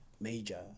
major